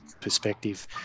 perspective